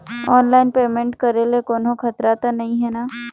Online payment करे ले कोन्हो खतरा त नई हे न?